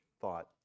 thought